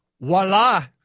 voila